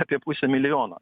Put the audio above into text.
apie pusę milijono